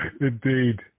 Indeed